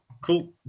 Cool